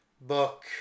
book